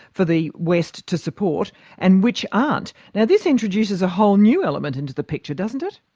for the west to support and which aren't. now this introduces a whole new element into the picture, doesn't it?